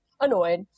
annoyed